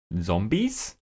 zombies